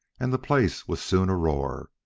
and the place was soon a-roar,